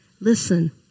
listen